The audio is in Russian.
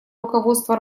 руководство